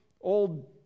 old